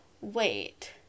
wait